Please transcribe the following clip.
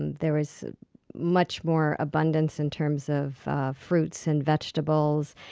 and there was much more abundance in terms of fruits and vegetables.